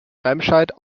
remscheid